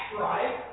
right